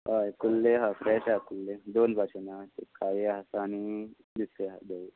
हय कुल्ल्योय आसा फ्रॅश आसा कुल्ल्यो दोन भाशेंनी आसा काळ्यो आसा आनी दुसऱ्यो आसा धव्यो